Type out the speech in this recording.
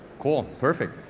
cool, perfect.